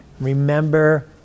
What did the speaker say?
remember